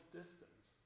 distance